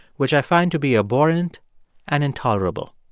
which i find to be abhorrent and intolerable.